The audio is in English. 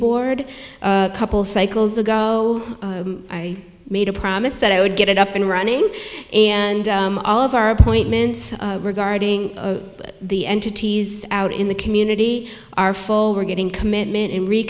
board couple cycles ago i made a promise that i would get it up and running and all of our appointments regarding the entities out in the community are full we're getting commitment and